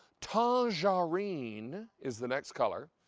tangerine is the next color.